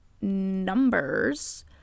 numbers